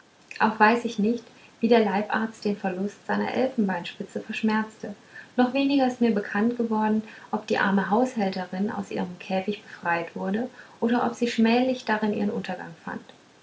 auch weiß ich nicht wie der leibarzt den verlust seiner elfenbeinspitze verschmerzte noch weniger ist mir bekannt geworden ob die arme haushälterin aus ihrem käfig befreit wurde oder ob sie schmählich darin ihren untergang fand